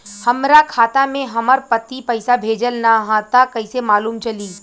हमरा खाता में हमर पति पइसा भेजल न ह त कइसे मालूम चलि?